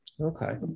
Okay